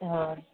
हा